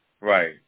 Right